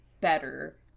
better